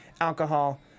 alcohol